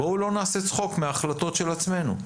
בואו לא נעשה צחוק מהחלטות של עצמנו.